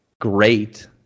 great